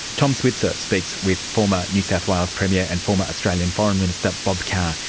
tom switzer speaks with former new south wales premier and former australian foreign minister bob carr,